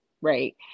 right